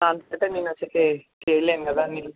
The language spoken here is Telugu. నచ్చితే చేయలేం కదా